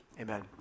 Amen